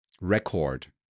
record